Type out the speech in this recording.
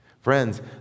Friends